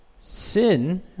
Sin